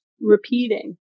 repeating